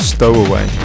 Stowaway